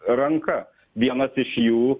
ranka vienas iš jų